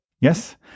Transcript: Yes